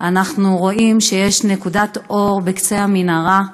אנחנו רואים את נקודת האור בקצה המנהרה,